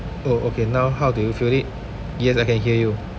oh okay now how do you feel it yes I can hear you